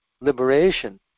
liberation